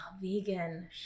vegan